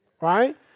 right